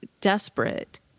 desperate